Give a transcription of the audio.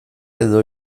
edo